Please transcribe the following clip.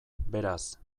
beraz